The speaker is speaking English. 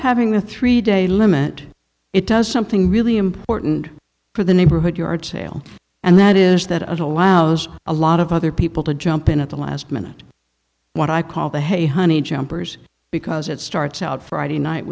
having the three day limit it does something really important for the neighborhood yard sale and that is that allows a lot of other people to jump in at the last minute what i call the hey honey jumpers because it starts out friday night